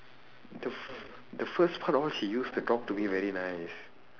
the f~ the first part all she used to talk to me very nice